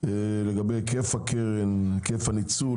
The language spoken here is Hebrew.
לגבי היקף הניצול,